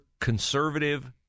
conservative